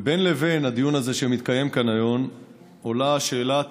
ובין לבין, בדיון שמתקיים כאן היום עולה שאלת